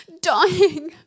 dying